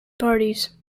parties